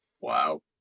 Wow